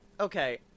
okay